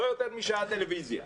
לא יותר משעה טלוויזיה"